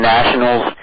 Nationals